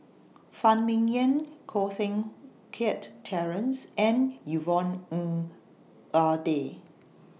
Phan Ming Yen Koh Seng Kiat Terence and Yvonne Ng Uhde